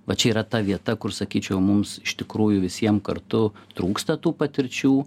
va čia yra ta vieta kur sakyčiau mums iš tikrųjų visiem kartu trūksta tų patirčių